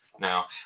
Now